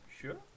Sure